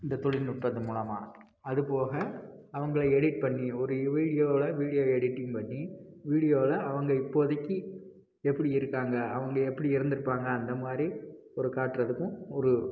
இந்த தொழில்நுட்பத்து மூலமாக அதுபோக அவங்களை எடிட் பண்ணி ஒரு வீடியோவில் வீடியோ எடிட்டிங் பண்ணி வீடியோவில் அவங்க இப்போதைக்கு எப்படி இருக்காங்க அவங்க எப்படி இருந்திருப்பாங்க அந்த மாதிரி ஒரு காட்டுகிறதுக்கும் ஒரு